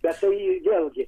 bet tai ir vėlgi